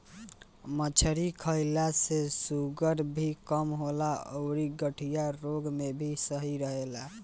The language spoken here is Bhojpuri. मछरी खईला से शुगर भी कम होला अउरी गठिया रोग में भी सही रहेला